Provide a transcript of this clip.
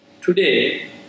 Today